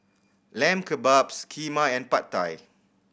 Lamb Kebabs Kheema and Pad Thai